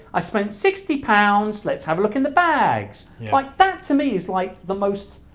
i spent sixty pounds, let's have a look in the bags. like, that to me is like the most